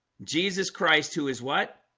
jesus christ, who is what?